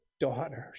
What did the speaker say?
daughters